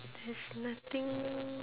there's nothing